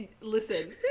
listen